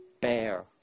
bear